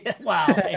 Wow